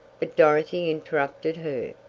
but dorothy interrupted her.